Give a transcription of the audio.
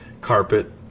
carpet